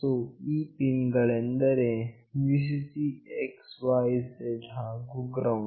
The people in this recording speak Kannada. ಸೋ ಈ ಪಿನ್ ಗಳೆಂದರೆ Vcc x y z ಹಾಗು GND